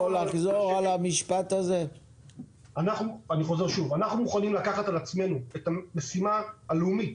אנחנו מוכנים לקחת על עצמנו את המשימה הלאומית